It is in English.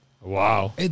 Wow